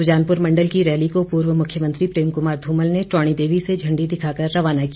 सुजानपुर मंडल की रैली को पूर्व मुख्यमंत्री प्रेम कमार ध्रमल टौणी देवी से झण्डी दिखाकर रवाना किया